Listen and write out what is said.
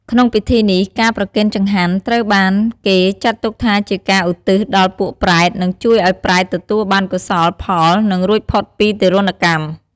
ក្នុងពិធីនេះ ការប្រគេនចង្ហាន់ត្រូវបានគេចាត់ទុកថាជាការឧទ្ទិសដល់ពួកប្រេត និងជួយឲ្យប្រេតទទួលបានកោសលផល និងរួចផុតពីទារុណកម្ម។